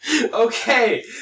Okay